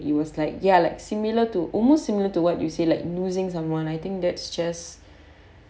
it was like ya like similar to almost similar to what you said like losing someone I think that's just